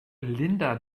linda